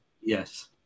Yes